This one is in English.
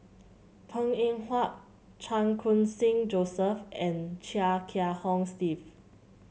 Png Eng Huat Chan Khun Sing Joseph and Chia Kiah Hong Steve